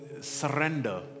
surrender